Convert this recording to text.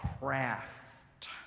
craft